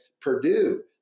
Purdue